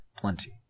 plenty